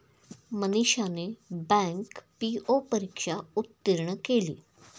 मनीषाने bank PO परीक्षा उत्तीर्ण केली